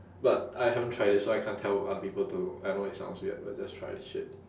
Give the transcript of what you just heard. but I haven't tried it so I can't tell other people to I know it sounds weird but just try this shit